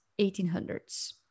1800s